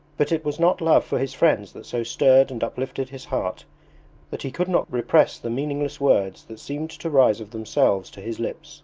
but it was not love for his friends that so stirred and uplifted his heart that he could not repress the meaningless words that seemed to rise of themselves to his lips